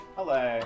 Hello